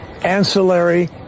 ancillary